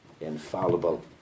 infallible